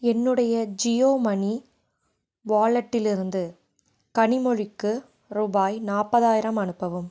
என்னுடைய Jio money வாலெட்டிலிருந்து கனிமொழிக்கு ரூபாய் நாற்பதாயிரம் அனுப்பவும்